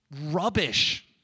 rubbish